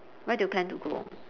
where do you plan to go